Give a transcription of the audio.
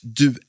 du